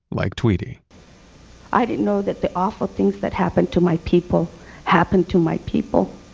like tweety i didn't know that the awful things that happened to my people happened to my people